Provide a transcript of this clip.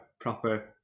proper